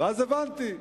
ואז הבנתי.